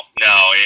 no